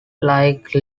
like